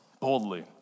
boldly